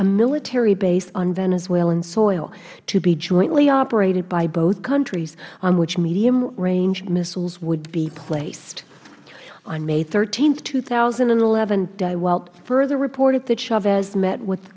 a military base on venezuelan soil to be jointly operated by both countries on which medium ranged missiles would be placed on may th two thousand and eleven die welt further reported that chavez met with the